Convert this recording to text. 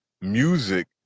music